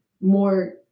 more